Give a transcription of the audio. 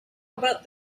about